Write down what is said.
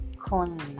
clean